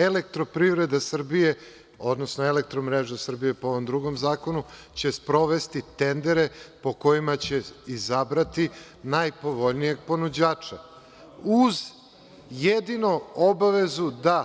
Elektroprivreda Srbije“, odnosno „Elektromreže Srbije“, po ovom drugom zakonu, će sprovesti tendere po kojima će izabrati najpovoljnijeg ponuđača, uz jedino obavezu da